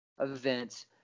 events